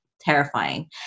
terrifying